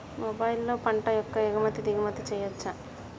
మొబైల్లో పంట యొక్క ఎగుమతి దిగుమతి చెయ్యచ్చా?